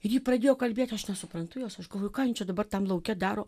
jį pradėjo kalbėt aš nesuprantu jos aš galvoju ką jin čia dabar tam lauke daro